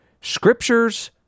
scriptures